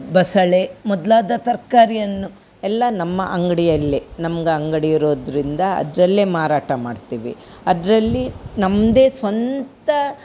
ಬಸಳೆ ಮೊದಲಾದ ತರಕಾರಿಯನ್ನು ಎಲ್ಲ ನಮ್ಮ ಅಂಗಡಿಯಲ್ಲೇ ನಮ್ಗೆ ಅಂಗಡಿ ಇರೋದರಿಂದ ಅದರಲ್ಲೇ ಮಾರಾಟ ಮಾಡ್ತೀವಿ ಅದರಲ್ಲಿ ನಮ್ಮದೇ ಸ್ವಂತ